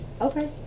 Okay